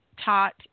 taught